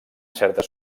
certes